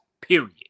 Period